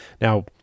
Now